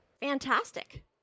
Fantastic